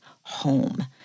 home